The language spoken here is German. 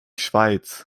schweiz